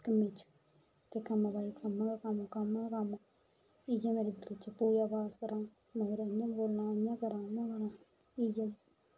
कम्मै च ते कम्मै ताईं कम्म गै कम्म कम्म गै कम्म इयै मर्जी आखदी पूजा पाठ करां मगर इयां करना उयां करां उयां करां